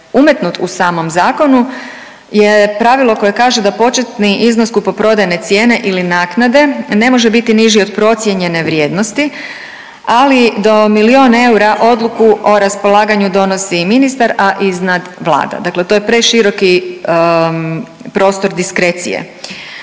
umetnut u samom zakonu je pravilo koje kaže da početni iznos kupoprodajne cijene ili naknade ne može biti niži od procijenjene vrijednosti, ali do milion eura odluku o raspolaganju donosi i ministar, a iznad Vlada. Dakle, to je preširoki prostor diskrecije.